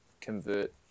convert